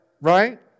right